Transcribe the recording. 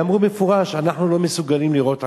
ואמרו במפורש: אנחנו לא מסוגלים לירות עליהם.